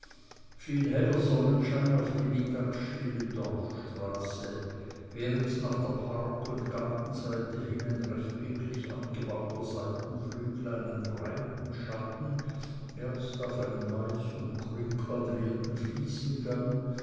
fiel heller sonnenschein auf die mittagsstille dorfstraße während nach der parkund gartenseite hin ein rechtwinklig angebauter seitenflügel einen breiten schatten erst auf einen weiß und grün quadrierten fliesengang